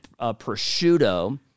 prosciutto